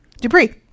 dupree